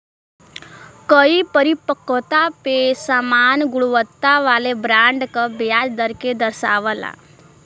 कई परिपक्वता पे समान गुणवत्ता वाले बॉन्ड क ब्याज दर के दर्शावला